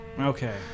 Okay